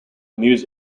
muse